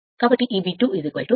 కాబట్టి ra 0